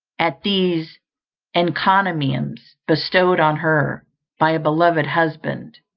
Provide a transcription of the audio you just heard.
at these encomiums bestowed on her by a beloved husband,